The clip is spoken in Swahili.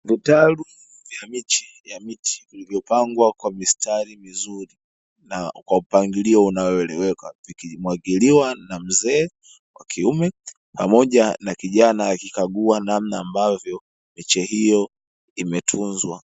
Vitalu vya miche ya miti vilivyopangwa kwa mistari mizuri na kwa mpangilio unaoeleweka, vikimwagiliwa na mzee wa kiume pamoja na kijana akikagua namna ambavyo miche hiyo imetunzwa.